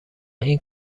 این